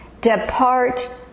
depart